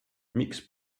miks